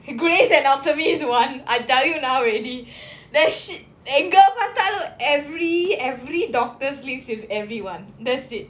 grey's anatomy is one I tell you now already that shit எங்க பாத்தாலும்:enga paathaalum every every doctor sleeps with everyone that's it